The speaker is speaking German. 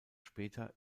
später